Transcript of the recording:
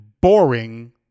boring